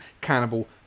cannibal